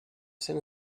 cent